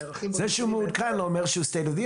זה שהוא מעודכן לא אומר שהוא הכי טוב,